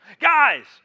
Guys